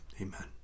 Amen